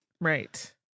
Right